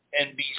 NBC